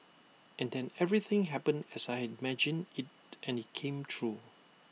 and then everything happened as I had imagined IT and IT came true